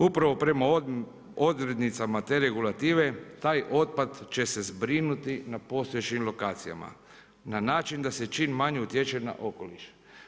Upravo prema odrednicama te regulative, taj otpad će se zbrinuti na postojećim lokacijama, na način, da se čim manje utječe na okoliš.